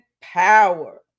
power